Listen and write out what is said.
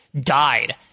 died